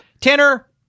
tanner